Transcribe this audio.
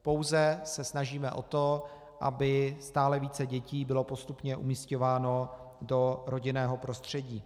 Pouze se snažíme o to, aby stále více dětí bylo postupně umísťováno do rodinného prostředí.